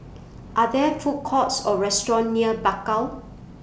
Are There Food Courts Or restaurants near Bakau